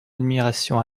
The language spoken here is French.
admiration